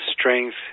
strength